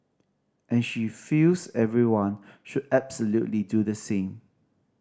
and she feels everyone should absolutely do the same